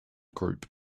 group